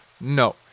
No